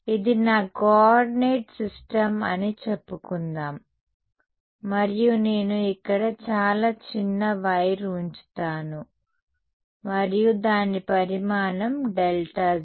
ఇది నా coordinate system అని చెప్పుకుందాం మరియు నేను ఇక్కడ చాలా చిన్న వైర్ ఉంచుతాను మరియు దాని పరిమాణం Δz